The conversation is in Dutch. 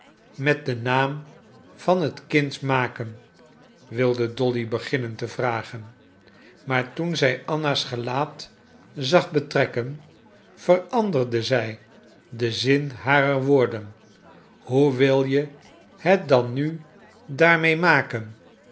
met den naam van het kind maken wilde dolly beginnen te vragen maar toen zij anna's gelaat zag betrekken veranderde zij den zin harer woorden hoe wil je het dan nu daarmee maken